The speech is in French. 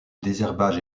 désherbage